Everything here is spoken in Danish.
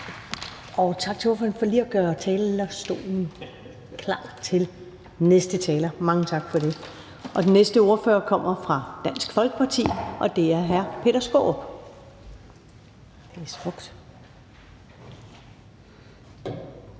tak til ordføreren for lige at gøre talerstolen klar til den næste taler. Den næste ordfører kommer fra Dansk Folkeparti, og det er hr. Peter Skaarup.